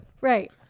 right